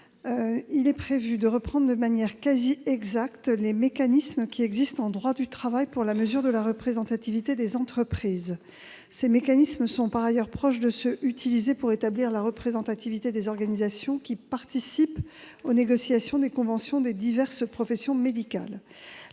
Il est prévu de reprendre, de manière quasi identique, les mécanismes en vigueur en droit du travail pour la mesure de la représentativité des entreprises. Ces mécanismes sont, par ailleurs, proches de ceux qui sont utilisés pour établir la représentativité des organisations participant aux négociations des conventions des diverses professions médicales.